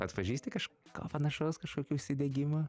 atpažįsti kažko panašaus kažkokį užsidegimą